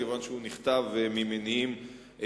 מכיוון שהוא נכתב ממניעים פוליטיים,